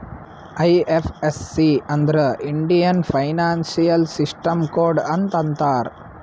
IFSC ಅಂದುರ್ Indian financial system code ಅಂತ್ ಅಂತಾರ್